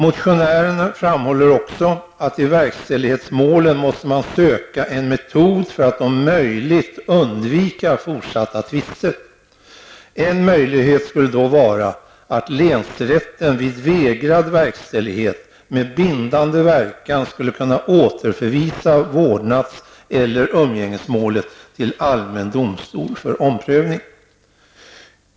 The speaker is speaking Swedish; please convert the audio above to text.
Motionären framhåller också att i verkställighetsmålen måste man söka en metod för att om möjligt undvika fortsatta tvister. En möjlighet skulle då vara att länsrätten vid vägrad verkställighet med bindande verkan skulle kunna återförvisa vårdnads eller umgängesmålet till allmän domstol för omprövning.